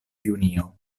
junio